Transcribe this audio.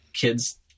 kids